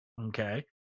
okay